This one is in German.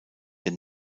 der